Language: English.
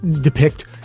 depict